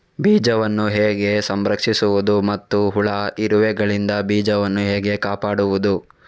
ಬೀಜವನ್ನು ಹೇಗೆ ಸಂಸ್ಕರಿಸುವುದು ಮತ್ತು ಹುಳ, ಇರುವೆಗಳಿಂದ ಬೀಜವನ್ನು ಹೇಗೆ ಕಾಪಾಡುವುದು?